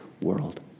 world